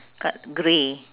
dark grey